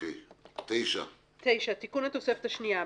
9. תיקון התוספת השנייה.